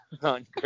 on